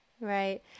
Right